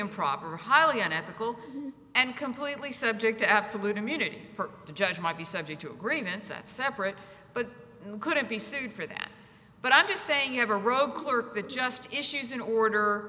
improper highly unethical and completely subject to absolute immunity the judge might be subject to agreements that separate but couldn't be sued for that but i'm just saying you have a rogue the just issues an order